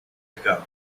ago